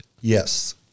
Yes